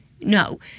no